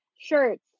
shirts